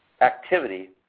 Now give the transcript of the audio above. activity